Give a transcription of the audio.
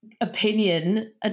opinion